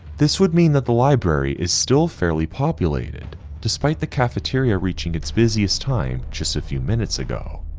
this would mean that the library is still fairly populated despite the cafeteria reaching its busiest time, just a few minutes ago.